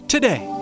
Today